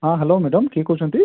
ହଁ hello madam କିଏ କହୁଛନ୍ତି